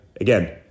Again